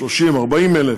30,000 או 40,000,